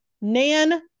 nan